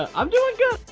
ah i'm doing good.